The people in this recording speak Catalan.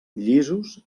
llisos